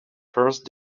first